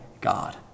God